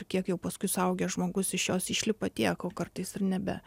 kiek jau paskui suaugęs žmogus iš jos išlipa tiek o kartais ir nebe